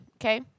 okay